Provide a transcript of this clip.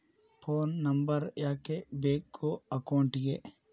Phone number ಯಾಕೆ ಬೇಕು ಅಕೌಂಟಿಗೆ?